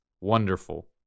Wonderful